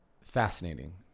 fascinating